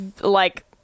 like-